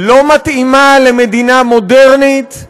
לא מתאימה למדינה מודרנית,